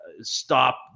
stop